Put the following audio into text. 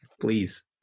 Please